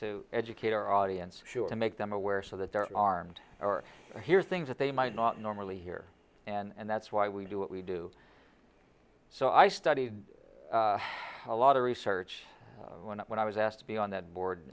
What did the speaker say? to educate our audience sure to make them aware so that they're armed or hear things that they might not normally hear and that's why we do what we do so i studied a lot of research when i when i was asked to be on that